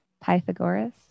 Pythagoras